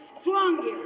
Strongest